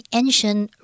ancient